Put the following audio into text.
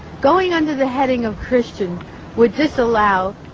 going under the heading of christian would disallow.